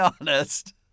honest